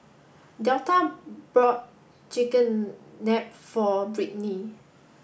Delta bought Chigenabe for Britney